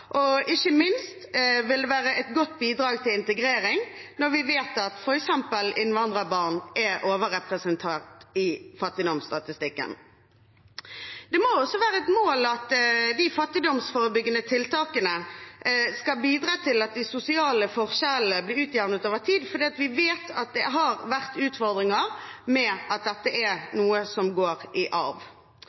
og ikke minst vil det være et godt bidrag til integrering når vi vet at f.eks. innvandrerbarn er overrepresentert i fattigdomsstatistikken. Det må være et mål at de fattigdomsforebyggende tiltakene skal bidra til at de sosiale forskjellene blir utjevnet over tid, for vi vet at det har vært utfordringer med at dette går i arv. Barnefattigdom er et problem som angår oss alle. Det skjer i